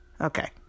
Okay